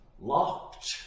locked